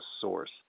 source